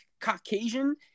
Caucasian